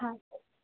હા